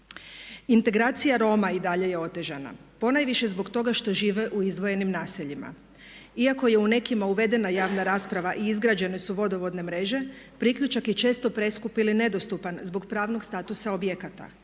Integracija Roma i dalje je otežana. Ponajviše zbog toga što žive u izdvojenim naseljima. Iako je u nekima uvedena javna rasprava i izgrađene su vodovodne mreže priključak je često preskup ili nedostupan zbog pravnog statusa objekata.